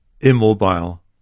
immobile